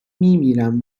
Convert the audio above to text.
میمیرم